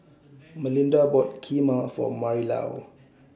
Malinda bought Kheema For Marilou